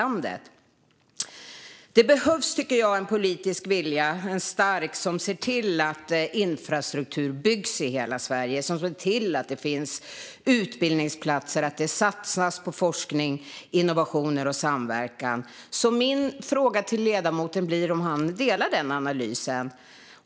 Jag tycker att det behövs en stark politisk vilja som ser till att infrastruktur byggs i hela Sverige och att det finns utbildningsplatser och att det satsas på forskning, innovation och samverkan. Min fråga till ledamoten blir därför: Delar han den analysen?